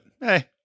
hey